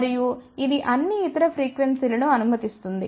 మరియు ఇది అన్ని ఇతర ఫ్రీక్వెన్సీ లను అనుమతిస్తుంది